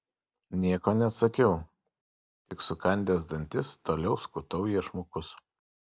nieko neatsakiau tik sukandęs dantis toliau skutau iešmukus